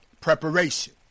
Preparation